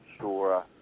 sure